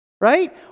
Right